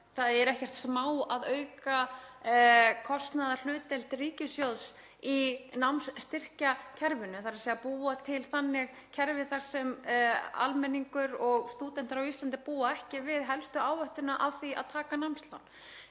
auðvitað ekkert smá að auka kostnaðarhlutdeild ríkissjóðs í námsstyrkjakerfinu, þ.e. að búa til þannig kerfi þar sem stúdentar á Íslandi búa ekki við helstu áhættuna af því að taka námslán,